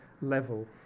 level